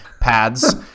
pads